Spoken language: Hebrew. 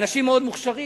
אנשים מאוד מוכשרים.